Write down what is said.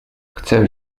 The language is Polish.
chcę